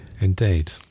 indeed